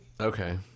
Okay